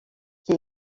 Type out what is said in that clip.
qui